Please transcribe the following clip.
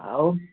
ଆଉ